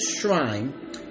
shrine